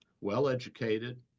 Well-educated